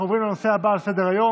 אנחנו עוברים לנושא הבא על סדר-היום,